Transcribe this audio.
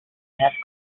had